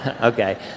Okay